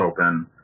open